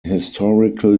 historical